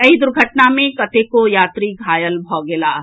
एहि दुर्घटना मे कतेको यात्री घायल भऽ गेलाह